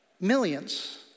Millions